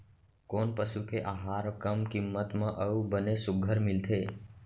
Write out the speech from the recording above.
कोन पसु के आहार कम किम्मत म अऊ बने सुघ्घर मिलथे?